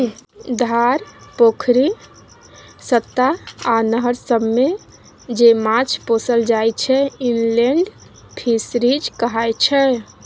धार, पोखरि, खत्ता आ नहर सबमे जे माछ पोसल जाइ छै इनलेंड फीसरीज कहाय छै